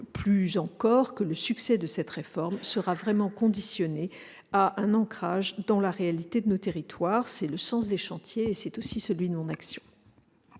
plus encore que le succès de cette réforme sera conditionné à un ancrage dans la réalité de nos territoires. C'est le sens des chantiers et c'est aussi celui de mon action.